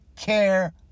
care